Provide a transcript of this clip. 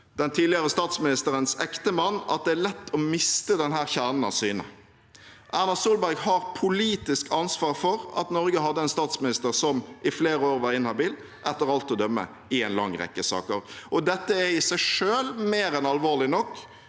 den tidligere statsministerens ektemann at det er lett å miste denne kjernen av syne. Erna Solberg har politisk ansvar for at Norge hadde en statsminister som i flere år var inhabil, etter alt å dømme i en lang rekke saker. Dette er i seg selv mer enn alvorlig nok